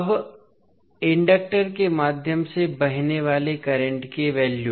अब इंडक्टर के माध्यम से बहने वाले करंट के वैल्यू